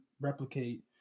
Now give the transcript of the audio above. replicate